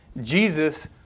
Jesus